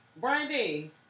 Brandy